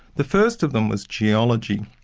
the first of them was geology,